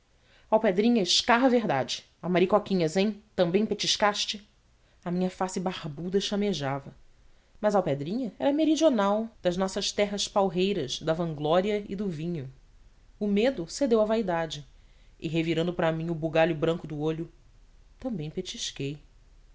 mole alpedrinha escarra a verdade a maricoquinhas hem também petiscaste a minha face barbuda chamejava mas alpedrinha era meridional das nossas terras palreiras da vanglória e do vinho o medo cedeu à vaidade e revirando para mim o bugalho branco do olho também petisquei